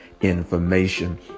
information